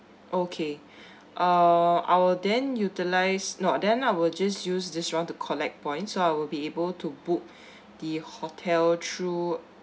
okay uh I will then utilized no then I will just use this round to collect points so I will be able to book the hotel through